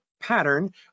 pattern